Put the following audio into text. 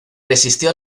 resistió